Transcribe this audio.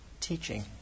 teaching